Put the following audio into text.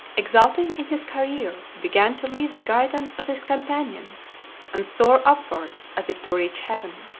exulting in his career, began to leave the guidance of his companion and soar upward as if to reach heaven.